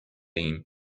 ایم